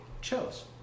chose